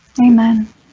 Amen